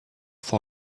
for